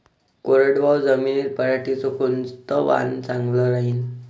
कोरडवाहू जमीनीत पऱ्हाटीचं कोनतं वान चांगलं रायीन?